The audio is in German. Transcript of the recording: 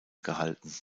gehalten